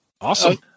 Awesome